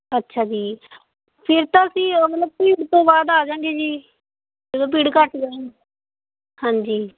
ਅੱਛਾ ਜੀ ਫਿਰ ਤਾਂ ਅਸੀਂ ਮਤਲਬ ਭੀੜ ਤੋਂ ਬਾਅਦ ਆ ਜਾਂਗੇ ਜੀ ਜਦੋਂ ਭੀੜ ਘੱਟ ਹਾਂਜੀ